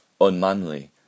unmanly